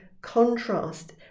contrast